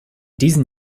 diesen